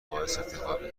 افتخاره